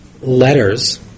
letters